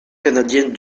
canadiennes